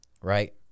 right